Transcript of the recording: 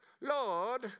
Lord